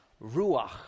ruach